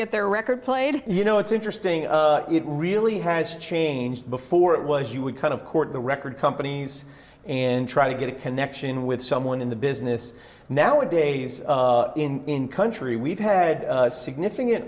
get their record played you know it's interesting it really has changed before it was you would kind of court the record companies and try to get a connection with the someone in the business now a days in country we've had significant